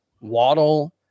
Waddle